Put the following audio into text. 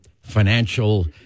financial